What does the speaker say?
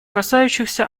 касающихся